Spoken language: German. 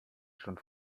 schon